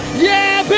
yeah,